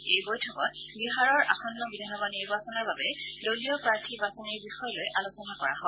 এই বৈঠকত বিহাৰৰ আসন্ন বিধানসভা নিৰ্বাচনৰ বাবে দলীয় প্ৰাৰ্থী বাচনিৰ বিষয় লৈ আলোচনা কৰা হয়